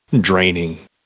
draining